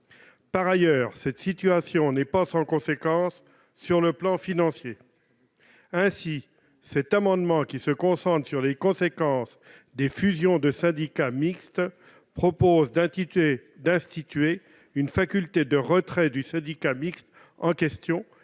par ailleurs, cette situation n'est pas sans conséquences sur le plan financier ainsi cet amendement, qui se concentre sur les conséquences des fusions de syndicats mixtes propose d'attitude et d'instituer une faculté de retrait du syndicat mixte en question